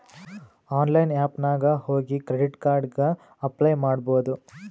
online app ನಾಗ್ ಹೋಗಿ credit card ಗ ಅಪ್ಲೈ ಮಾಡ್ಬೋದು